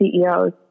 CEOs